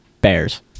Bears